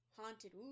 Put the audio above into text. haunted